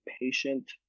patient